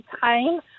time